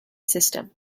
system